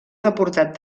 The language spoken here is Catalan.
deportat